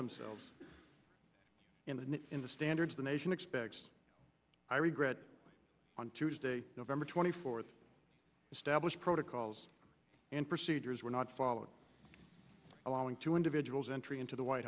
themselves in the standards the nation expects i regret on tuesday november twenty fourth established protocols and procedures were not followed allowing two individuals entry into the white